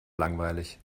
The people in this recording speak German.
langweilig